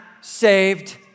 saved